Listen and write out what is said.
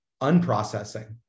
unprocessing